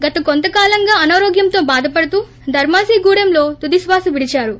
గత కొంతకాలంగా అనారోగ్యంతో బాధపడుతూ ధర్మాజిగూడెంలో తుదిశ్వాస విడిచారు